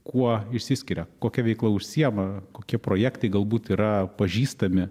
kuo išsiskiria kokia veikla užsiima kokie projektai galbūt yra pažįstami